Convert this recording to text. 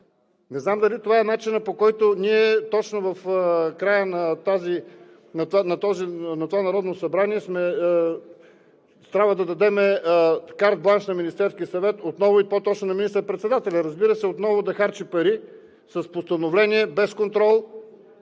не знам дали това е начинът, по който ние точно в края на това Народно събрание трябва да дадем картбланш на Министерския съвет, и по-точно на министър-председателя, разбира се, отново да харчи пари с постановление, без контрол,